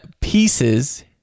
Pieces